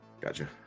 Gotcha